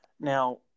Now